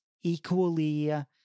equally